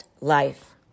life